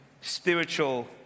spiritual